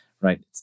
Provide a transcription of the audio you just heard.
right